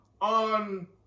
on